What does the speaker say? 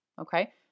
Okay